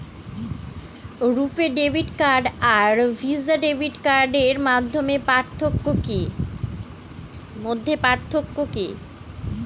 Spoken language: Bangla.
রূপে ডেবিট কার্ড আর ভিসা ডেবিট কার্ডের মধ্যে পার্থক্য কি?